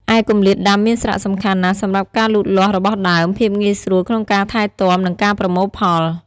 ឯគម្លាតដាំមានសារៈសំខាន់ណាស់សម្រាប់ការលូតលាស់របស់ដើម ភាពងាយស្រួលក្នុងការថែទាំ និងការប្រមូលផល។